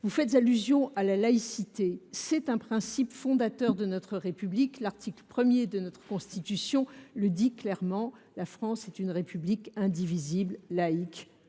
et inadmissibles. La laïcité est un principe fondateur de notre République. L’article 1 de notre Constitution le dit clairement :« La France est une République indivisible, laïque,